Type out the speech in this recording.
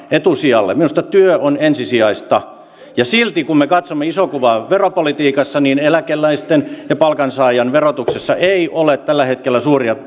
minusta työ on ensisijaista ja silti kun me katsomme isoa kuvaa veropolitiikassa eläkeläisten ja palkansaajan verotuksessa ei ole tällä hetkellä suuria